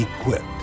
Equipped